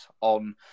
on